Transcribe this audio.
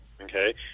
okay